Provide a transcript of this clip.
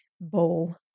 bowl